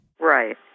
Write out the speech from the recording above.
Right